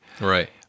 right